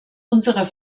unserer